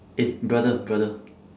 eh brother brother